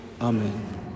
Amen